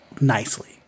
nicely